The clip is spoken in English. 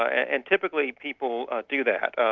and typically people do that,